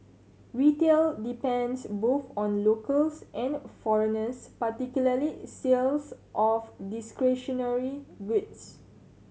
retail depends both on locals and foreigners particularly sales of discretionary goods